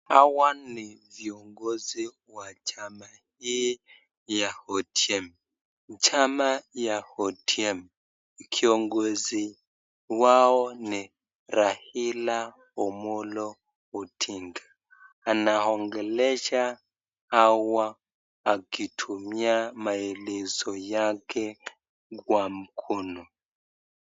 Hawa ni viongozi wa chama hii ya ODM. Chama ya ODM kiongozi wao ni Raila OOmollo Odinga. Anaongelesha hawa akitumia maelezo yake kwa mkono.